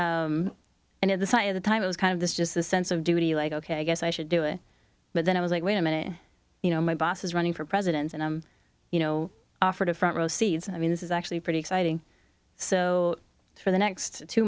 it and at the sight of the time it was kind of this just the sense of duty like ok i guess i should do it but then i was like wait a minute you know my boss is running for president and i'm you know offered a front row seats and i mean this is actually pretty exciting so for the next two